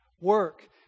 work